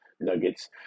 Nuggets